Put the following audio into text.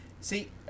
See